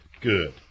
Good